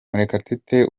murekatete